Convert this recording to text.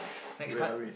next card